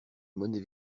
monnaies